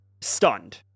stunned